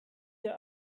der